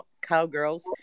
Cowgirls